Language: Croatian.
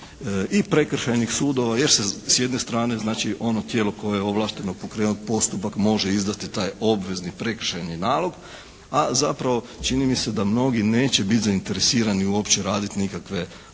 i prekršajnih sudova jer se s jedne strane znači ono tijelo koje je ovlašteno pokrenuti postupak može izdati taj obvezni prekršajni nalog, a zapravo čini mi se da mnogi neće biti zainteresirani uopće raditi nikakve pravne